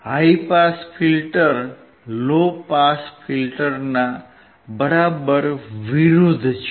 high pass filter low pass ફિલ્ટરના બરાબર વિરુદ્ધ છે